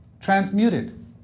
transmuted